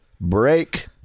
break